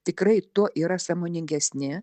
tikrai tuo yra sąmoningesni